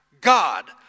God